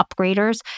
upgraders